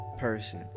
person